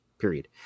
period